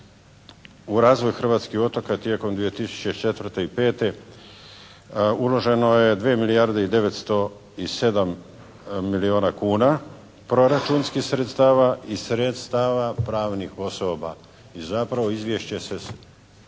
u razvoju hrvatskih otoka tijekom 2004. i 2005. uloženo je dvije milijarde i 907 milijuna kuna proračunskih sredstava i sredstava pravnih osoba. I zapravo izvješće se